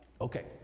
Okay